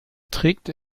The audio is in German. trägt